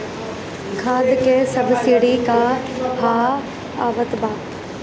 खाद के सबसिडी क हा आवत बा?